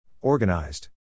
Organized